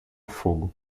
fogo